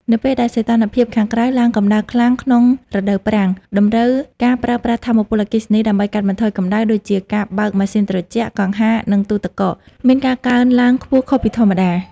នៅពេលដែលសីតុណ្ហភាពខាងក្រៅឡើងកម្ដៅខ្លាំងក្នុងរដូវប្រាំង តម្រូវការប្រើប្រាស់ថាមពលអគ្គិសនីដើម្បីកាត់បន្ថយកម្ដៅ ដូចជាការបើកម៉ាស៊ីនត្រជាក់ កង្ហារ និងទូទឹកកក មានការកើនឡើងខ្ពស់ខុសពីធម្មតា។